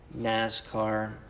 NASCAR